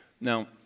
Now